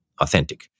authentic